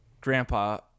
grandpa